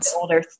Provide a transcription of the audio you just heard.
older